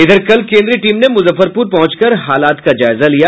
इधर कल केन्द्रीय टीम ने मुजफ्फरपुर पहुंचकर हालात का जायजा लिया